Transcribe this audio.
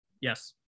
Yes